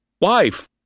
wife